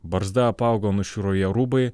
barzda apaugo nušiuro jo rūbai